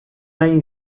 nahi